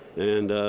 and